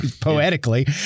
poetically